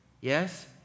Yes